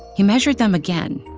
he measured them again.